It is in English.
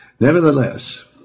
Nevertheless